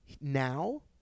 now